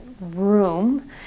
room